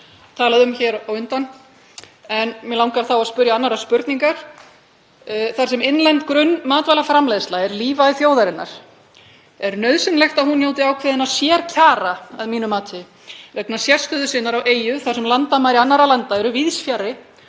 talaði um hér á undan. En mig langar þá að spyrja annarrar spurningar. Þar sem innlend grunnmatvælaframleiðsla er lífæð þjóðarinnar er nauðsynlegt að hún njóti ákveðinna sérkjara að mínu mati vegna sérstöðu sinnar á eyju þar sem landamæri annarra landa eru víðs fjarri